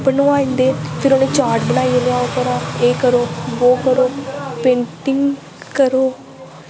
बनोआंदे फिर ओह्दे चार्ट बनाइयै लेआओ घर एह् करो वो करो पेंटिंग करो